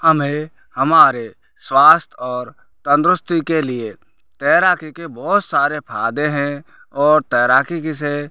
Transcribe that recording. हमें हमारे स्वास्थ्य और तंदुरुस्ती के लिए तैराकी के बहुत सारे फायदे हैं और तैराकी से